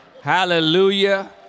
Hallelujah